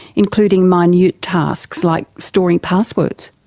including minute tasks like storing passwords.